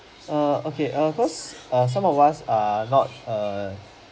ah okay ah because err some of us are not err